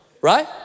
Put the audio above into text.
right